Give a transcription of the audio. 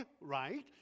right